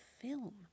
film